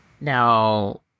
Now